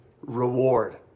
reward